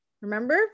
remember